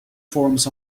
forms